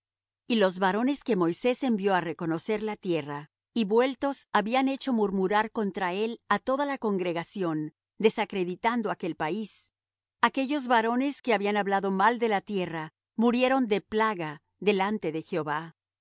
y los varones que moisés envió á reconocer la tierra y vueltos habían hecho murmurar contra él á toda la congregación desacreditando aquel país aquellos varones que habían hablado mal de la tierra murieron de plaga delante de jehová